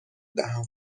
دهم